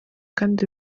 kandi